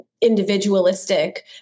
individualistic